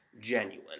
genuine